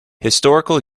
historical